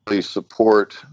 support